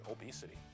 obesity